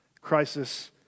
crisis